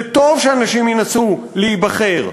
זה טוב שאנשים ינסו להיבחר,